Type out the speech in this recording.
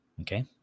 Okay